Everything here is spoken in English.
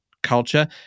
culture